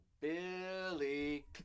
billy